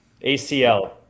ACL